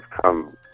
come